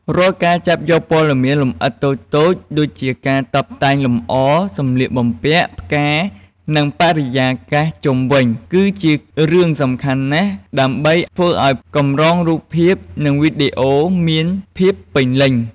រាល់ការចាប់យកព័ត៌មានលម្អិតតូចៗ ដូចជាការតុបតែងលម្អ សម្លៀកបំពាក់ ផ្កា និងបរិយាកាសជុំវិញ គឺជារឿងសំខាន់ណាស់ ដើម្បីធ្វើឲ្យកម្រងរូបភាព និងវីដេអូមានភាពពេញលេញ។